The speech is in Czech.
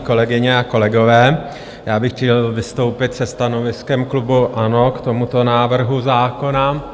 Kolegyně, kolegové, chtěl bych vystoupit se stanoviskem klubu ANO k tomuto návrhu zákona.